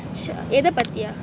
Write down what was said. எத பத்தியா:etha paththiya